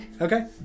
Okay